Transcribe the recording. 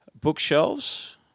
bookshelves